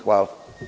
Hvala.